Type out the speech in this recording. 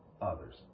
others